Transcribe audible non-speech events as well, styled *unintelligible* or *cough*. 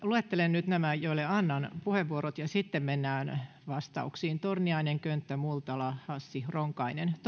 luettelen nyt nämä joille annan puheenvuorot ja sitten mennään vastauksiin torniainen könttä multala hassi ronkainen *unintelligible*